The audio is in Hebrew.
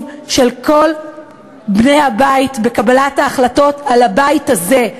כל בני הבית בקבלת ההחלטות על הבית הזה,